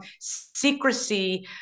secrecy